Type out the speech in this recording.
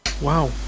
Wow